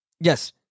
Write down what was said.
Yes